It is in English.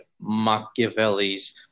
Machiavelli's